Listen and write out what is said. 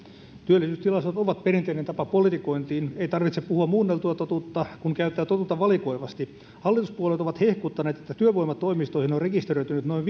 työllisyystilastot ovat perinteinen tapa politikointiin ei tarvitse puhua muunneltua totuutta kun käyttää totuutta valikoivasti hallituspuolueet ovat hehkuttaneet että työvoimatoimistoihin on rekisteröitynyt noin